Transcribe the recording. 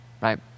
right